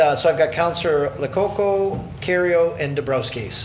ah so i've got councilor lococo, kerrio, and nabrowski.